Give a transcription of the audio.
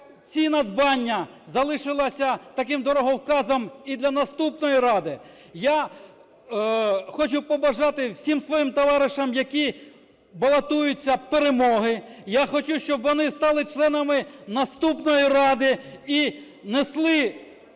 ці надбання залишилися таким дороговказом і для наступної Ради. Я хочу побажати всім своїм товаришам, які балотуються, перемоги. Я хочу, щоби вони стали членами наступної Ради і несли